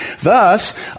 Thus